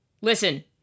listen